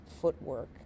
footwork